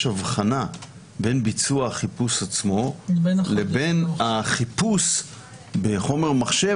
הבחנה בין ביצוע החיפוש עצמו לבין החיפוש בחומר מחשב